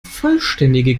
vollständige